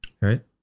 right